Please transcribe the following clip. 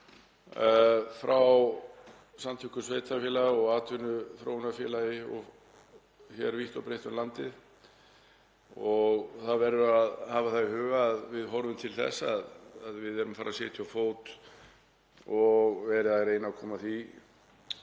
frá samtökum sveitarfélaga og atvinnuþróunarfélögum vítt og breitt um landið og það verður að hafa það í huga að við horfum til þess að við erum að fara að setja á fót og er verið að reyna að koma af